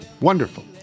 Wonderful